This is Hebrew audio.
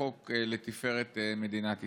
לחוק לתפארת מדינת ישראל.